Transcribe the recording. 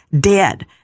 dead